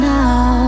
now